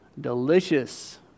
delicious